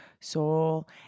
soul